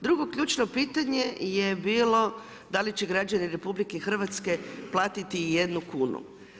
Drugo ključno pitanje je bilo, da li će građani RH platiti i jednu kunu.